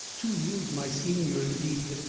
two years my senior indeed,